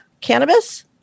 cannabis